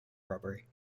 robbery